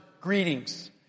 greetings